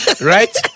right